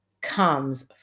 comes